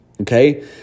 okay